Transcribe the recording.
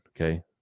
Okay